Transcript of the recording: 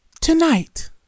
Tonight